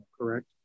correct